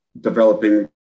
developing